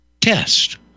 test